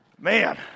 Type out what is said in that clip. Man